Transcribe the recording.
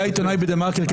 היה עיתונאי בדה-מרקר מטעמכם,